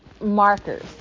markers